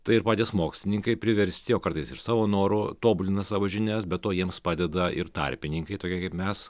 tai ir patys mokslininkai priversti o kartais ir savo noru tobulina savo žinias be to jiems padeda ir tarpininkai tokie kaip mes